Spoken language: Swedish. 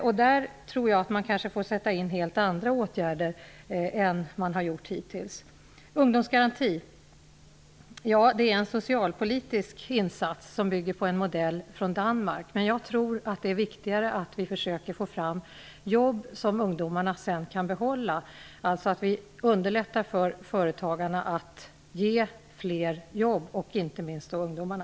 Jag tror att man får sätta in helt andra åtgärder än man har gjort hittills. Ungdomsgaranti är en socialpolitisk insats som bygger på en modell från Danmark. Jag tror att det är viktigare att vi försöker få fram jobb som ungdomarna sedan kan behålla. Vi skall alltså underlätta för företagarna att ge fler människor jobb -- inte minst då ungdomarna.